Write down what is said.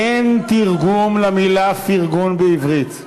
אין תרגום למילה פרגון בעברית.